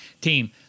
team